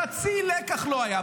חצי לקח לא היה.